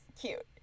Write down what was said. cute